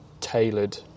tailored